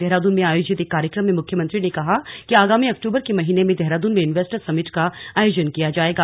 देहरादून में आयोजित एक कार्यक्रम में मुख्यमंत्री ने कहा कि आगामी अक्टूबर के महीने में देहरादून में इन्वेस्टर्स समिट का आयोजन किया जायेगा